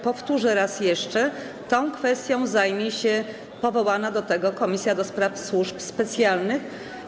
Powtórzę to raz jeszcze: tą kwestią zajmie się powołana do tego Komisja do Spraw Służb Specjalnych.